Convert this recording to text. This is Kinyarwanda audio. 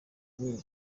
muri